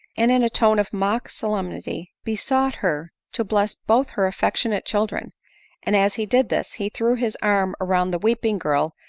and in a tone of mock solemnity besought her to bless both her affectionate children and as he did this, he threw his arm round the weeping girl,